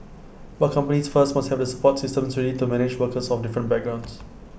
but companies first must have the support systems ready to manage workers of different backgrounds